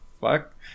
fuck